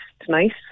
tonight